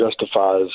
justifies